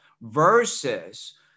Versus